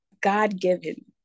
god-given